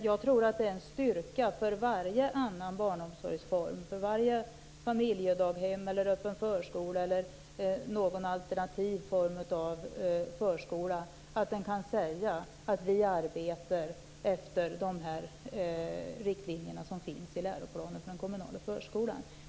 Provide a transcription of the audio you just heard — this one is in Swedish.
Jag tror att det är en styrka för varje annan barnomsorgsform, för varje familjedaghem, öppen förskola eller alternativ form av förskola, att kunna säga att man arbetar efter de riktlinjer som finns i läroplanen för den kommunala förskolan.